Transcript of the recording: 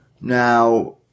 Now